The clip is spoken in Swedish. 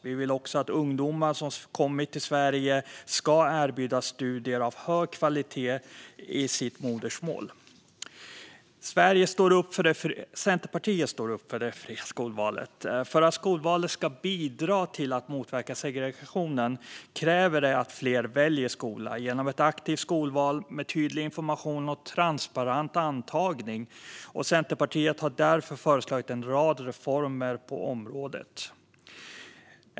Vi vill också att ungdomar som kommit till Sverige ska erbjudas studier av hög kvalitet i sitt modersmål. Centerpartiet står upp för det fria skolvalet. För att skolvalet ska bidra till att motverka segregation krävs att fler väljer skola genom ett aktivt skolval med tydlig information och transparent antagning. Centerpartiet har därför föreslagit en rad reformer på området.